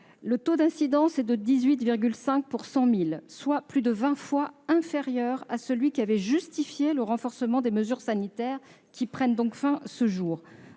Le taux d'incidence est de 18,5 pour 100 000, soit plus de vingt fois inférieur à celui qui a justifié le renforcement des mesures sanitaires qui prennent donc fin ce jour.